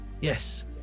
yes